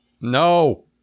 No